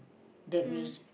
that we